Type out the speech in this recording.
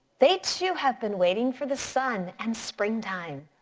they too have been waiting for the sun and springtime.